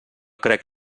crec